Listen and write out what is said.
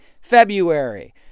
February